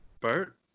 Bert